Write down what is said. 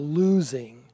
losing